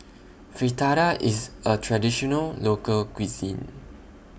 Fritada IS A Traditional Local Cuisine